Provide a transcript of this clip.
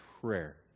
prayer